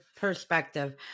perspective